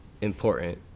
important